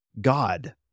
God